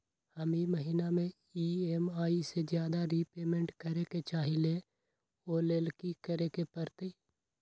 हम ई महिना में ई.एम.आई से ज्यादा रीपेमेंट करे के चाहईले ओ लेल की करे के परतई?